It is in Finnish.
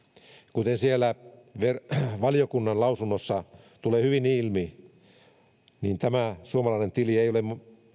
kuten siellä valiokunnan lausunnossa tulee hyvin ilmi tämä suomalainen tili ei ole